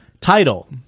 title